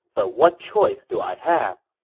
but what choice do i have?